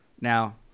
Now